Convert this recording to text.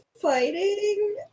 fighting